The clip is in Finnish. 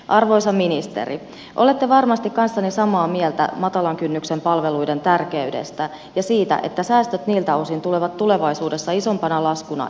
arvoisa ministeri olette varmasti kanssani samaa mieltä matalan kynnyksen palveluiden tärkeydestä ja siitä että säästöt niiltä osin tulevat tulevaisuudessa isompana laskuna eteemme